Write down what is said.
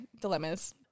Dilemmas